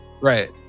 Right